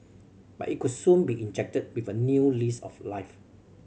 but it could soon be injected with a new lease of life